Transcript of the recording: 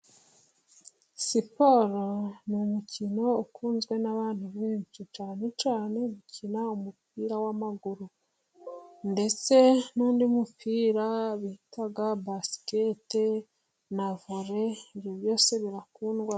Siporo ni umukino ukunzwe n'abantu benshi, cyane cyane gukina umupira w'amaguru, ndetse n'undi mupira bitaga basikete, na vole, ibyo byose birakundwa.